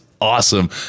awesome